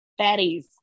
Fatties